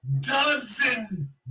dozen